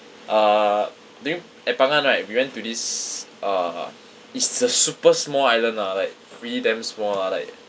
uh during at phangan right we went to this uh it's a super small island lah like really damn small lah like